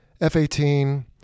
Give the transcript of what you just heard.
F-18